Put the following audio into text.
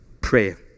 Prayer